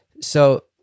So-